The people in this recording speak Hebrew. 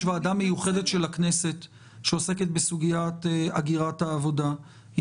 יש בשביל זה ועדה מיוחדת של הכנסת שעוסקת בסוגיית הגירת העבודה,